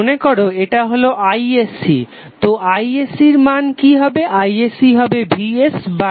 মনে করো এটা হলো isc তো isc এর মান কি হবে isc হবে vsR